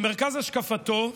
במרכז השקפתו,